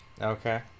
Okay